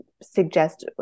suggest